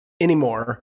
anymore